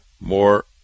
more